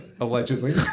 allegedly